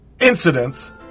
incidents